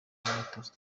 imyitozo